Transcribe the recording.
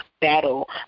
battle